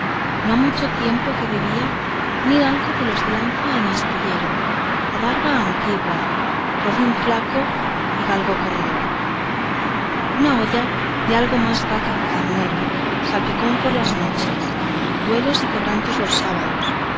no ha mucho tiempo que vivía un hidalgo de los de lanza en astillero adarga antigua rocín flaco y galgo corredor una olla de algo más vaca que carnero salpicón las más noches duelos y quebrantos los sábados